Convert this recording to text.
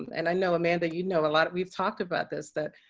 and i know amanda, you know like we've talked about this. that